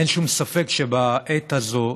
אין שום ספק שבעת הזאת,